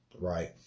right